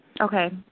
Okay